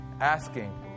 asking